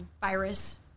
virus